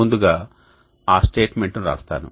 ముందుగా ఆ స్టేట్మెంట్ను వ్రాస్తాను